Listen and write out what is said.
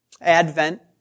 Advent